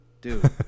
Dude